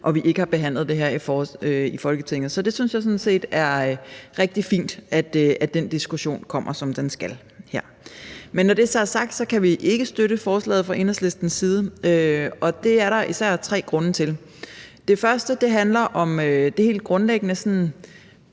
og vi ikke har behandlet det her i Folketinget, så jeg synes sådan set, at det er rigtig fint, at den diskussion kommer her, som den skal. Men når det så er sagt, kan vi fra Enhedslistens side ikke støtte forslaget side, og det er der især tre grunde til. Det første handler om det helt grundlæggende